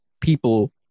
people